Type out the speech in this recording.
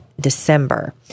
December